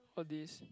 all this